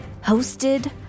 hosted